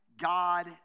God